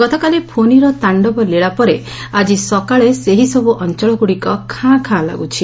ଗତକାଲି ଫୋନିର ତାଣ୍ଡବ ଲୀଳା ପରେ ଆଜି ସକାଳେ ସେହି ସବୁ ଅଞ୍ଞଳଗୁଡ଼ିକ ଖାଁ ଖାଁ ଲାଗୁଛି